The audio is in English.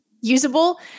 usable